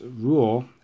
rule